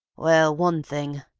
well, one thing,